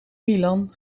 milan